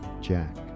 Jack